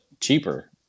cheaper